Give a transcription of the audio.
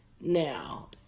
Now